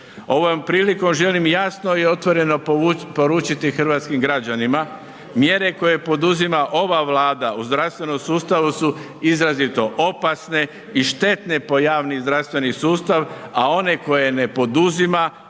Ovom prilikom želim jasno i otvoreno poručiti hrvatskim građanima mjere koje poduzima ova Vlada u zdravstvenom sustavu su izrazito opasne i štetne po javni zdravstveni sustava a one koje ne poduzima